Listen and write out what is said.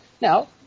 Now